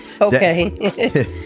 Okay